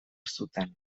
zuten